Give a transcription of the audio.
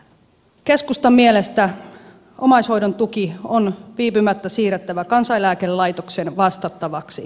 keskustan mielestä omaishoidon tuki on viipymättä siirrettävä kansaneläkelaitoksen vastattavaksi